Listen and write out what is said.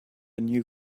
new